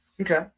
Okay